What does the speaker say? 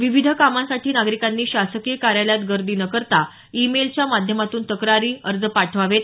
विविध कामांसाठी नागरिकांनी शासकीय कार्यालयात गर्दी न करता ई मेलच्या माध्यमातून तक्रारी अर्ज पाठवावेत